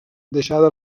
deixada